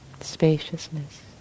spaciousness